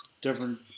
different